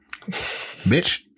bitch